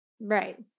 Right